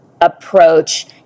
approach